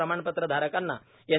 प्रमाणपत्रधारकांना N